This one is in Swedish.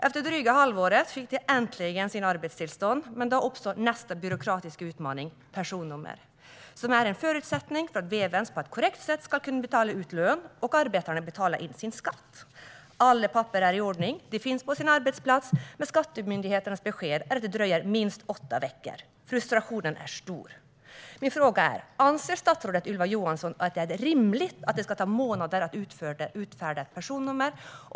Efter drygt ett halvår fick de äntligen sina arbetstillstånd, men då uppstod nästa byråkratiska utmaning: personnummer. De är en förutsättning för att Vevens på ett korrekt sätt ska kunna betala ut lön och arbetarna betala in sin skatt. Alla papper är i ordning, och arbetarna finns på sin arbetsplats. Men Skatteverkets besked är att det dröjer minst åtta veckor innan ett personnummer kan utfärdas. Frustrationen är stor. Anser statsrådet Ylva Johansson att det är rimligt att det ska ta månader att utfärda ett personnummer?